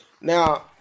Now